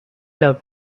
love